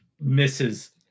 misses